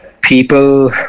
people